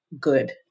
good